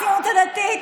הציונות הדתית,